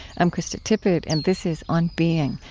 i'm krista tippett, and this is on being.